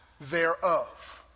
thereof